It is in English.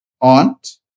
aunt